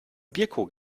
bierkrug